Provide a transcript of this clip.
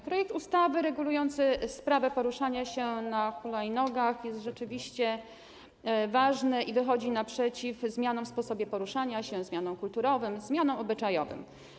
Projekt ustawy regulujący sprawę poruszania się na hulajnogach jest rzeczywiście ważny i wychodzi naprzeciw zmianom w sposobie poruszania się, zmianom kulturowym, zmianom obyczajowym.